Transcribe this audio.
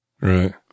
Right